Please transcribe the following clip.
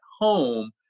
home